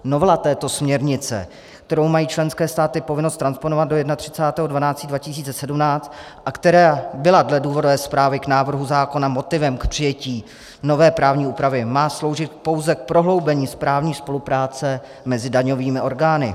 Novela této směrnice, kterou mají členské státy povinnost transponovat do 31. 12. 2017 a která byla dle důvodové zprávy k návrhu zákona motivem k přijetí nové právní úpravy, má sloužit pouze k prohloubení správní spolupráce mezi daňovými orgány.